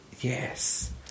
yes